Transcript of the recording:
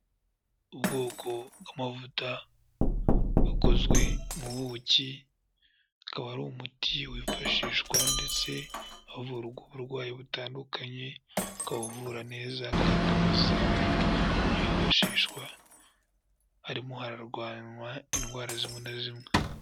Ubwoko bw'amavuta akozwe mu buki, akaba ari umuti wifashishwa ndetse havurwa uburwayi butandukanye ukawuvura neza kandi wizewe ku buryo wifashishwa harimo harwanywa indwara zimwe na zimwe.